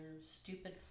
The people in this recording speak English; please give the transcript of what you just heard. stupid